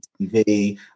TV